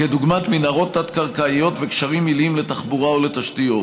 דוגמת מנהרות תת-קרקעיות וגשרים עיליים לתחבורה או לתשתיות.